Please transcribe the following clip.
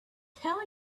tell